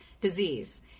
disease